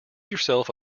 yourself